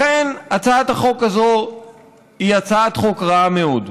לכן הצעת החוק הזאת היא הצעת חוק רעה מאוד,